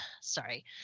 Sorry